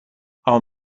are